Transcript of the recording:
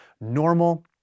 normal